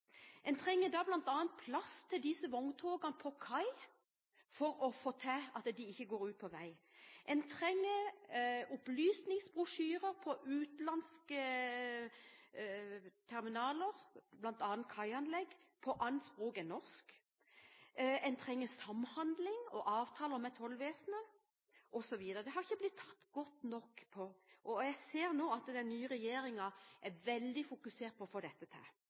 En trenger bl.a. plass til disse vogntogene på kai, slik at de ikke kommer på veien. En trenger opplysningsbrosjyrer på et annet språk enn norsk ved utenlandske terminaler, ved kaianlegg. En trenger samhandling og avtaler med tollvesenet osv. Dette har ikke blitt ivaretatt godt nok. Den nye regjeringen er veldig fokusert på å få dette til.